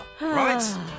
Right